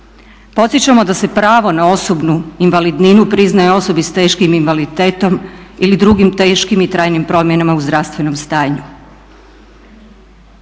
Podsjećamo da se pravo na osobnu invalidninu priznaje osobi s teškim invaliditetom ili drugim teškim i trajnim promjenama u zdravstvenom stanju.